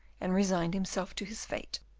and resigned himself to his fate.